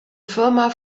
firma